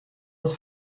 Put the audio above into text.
das